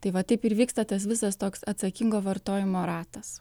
tai va taip ir vyksta tas visas toks atsakingo vartojimo ratas